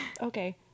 Okay